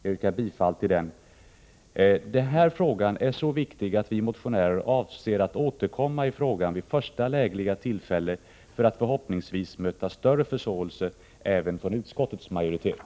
Jag yrkar bifall till den reservationen. Den här frågan är så viktig att vi motionärer avser att återkomma i den vid första lägliga tillfälle för att förhoppningsvis möta större förståelse även från utskottets majoritet.